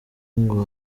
ngo